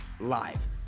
live